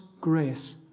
grace